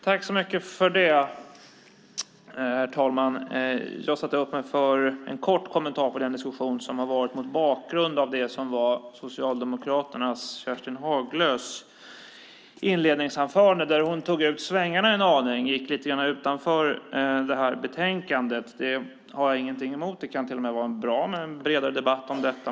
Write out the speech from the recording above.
Herr talman! Jag vill ge en kort kommentar med anledning av den diskussion som har varit mot bakgrund av socialdemokraten Kerstin Haglös inledningsanförande där hon tog ut svängarna en aning och gick lite grann utanför detta betänkande. Det har jag ingenting emot. Det kan till och med vara bra med en bredare debatt om detta.